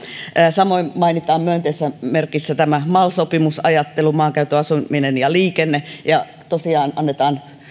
samoin mainitaan myönteisissä merkeissä tämä mal sopimusajattelu maankäyttö asuminen ja liikenne ja tosiaan annetaan